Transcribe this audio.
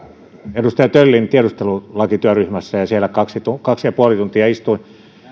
edustaja töllin tiedustelulakityöryhmässä ja siellä kaksi pilkku viisi tuntia istuin